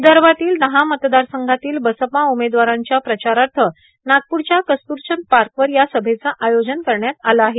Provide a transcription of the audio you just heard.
विदर्भातील दहा मतदारसंघातील बसपा उमेदवारांच्या प्रचारार्थ नागपूरच्या कस्तुरचंद पार्कवर या सभेचं आयोजन करण्यात आलं आहे